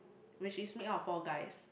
which is made out of four guys